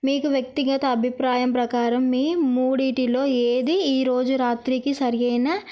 మీకు వ్యక్తిగత అభిప్రాయం ప్రకారం మీ మూడింటిలో ఏది ఈరోజు రాత్రికి సరి అయిన